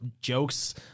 jokes